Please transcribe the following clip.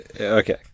Okay